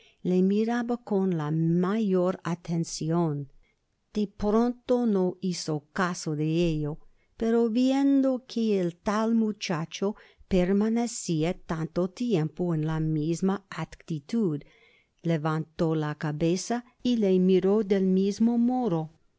le miraba con la mayor atencion de pronto no hizo caso de ello pero viendo que el tal muchacho permanecia tanto tiempo en la misma actitud levantó la cabeza y le miró del mismo modo